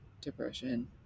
depression